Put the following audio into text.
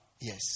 Yes